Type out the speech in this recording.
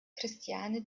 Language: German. christiane